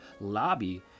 lobby